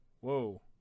Whoa